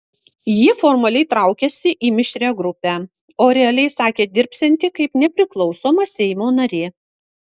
ji formaliai traukiasi į mišrią grupę o realiai sakė dirbsianti kaip nepriklausoma seimo narė